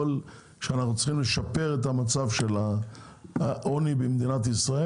שאנחנו צריכים לשפר את המצב של העוני במדינת ישראל,